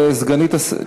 של חבר הכנסת ג'מאל זחאלקה,